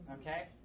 okay